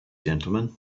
gentlemen